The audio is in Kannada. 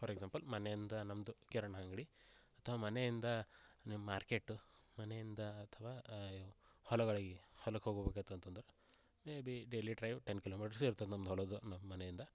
ಫಾರ್ ಎಕ್ಸಾಂಪಲ್ ಮನೆಯಿಂದ ನಮ್ಮದು ಕಿರಾಣ ಅಂಗಡಿ ಅಥ್ವ ಮನೆಯಿಂದ ನಿಮ್ಮ ಮಾರ್ಕೆಟು ಮನೆಯಿಂದ ಅಥ್ವ ಆ ಹೊಲಗಳಿಗೆ ಹೊಲಕ್ಕೆ ಹೋಗ್ಬೇಕು ಅಂತಂದ್ರೆ maybe daily drive ten kilometres ಇರ್ತಾದೆ ನಮ್ದು ಹೊಲದು ನಮ್ಮ ಮನೆಯಿಂದ